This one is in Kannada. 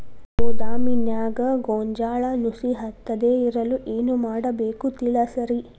ಗೋದಾಮಿನ್ಯಾಗ ಗೋಂಜಾಳ ನುಸಿ ಹತ್ತದೇ ಇರಲು ಏನು ಮಾಡಬೇಕು ತಿಳಸ್ರಿ